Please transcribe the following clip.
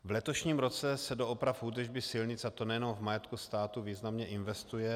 V letošním roce se do oprav údržby silnic, a to nejenom v majetku státu, významně investuje.